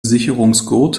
sicherungsgurt